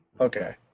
Okay